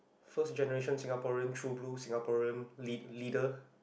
first generation Singaporean true blue Singaporean lead~ leader